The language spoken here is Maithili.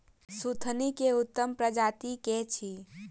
सुथनी केँ उत्तम प्रजाति केँ अछि?